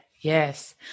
Yes